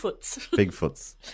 Bigfoots